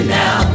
now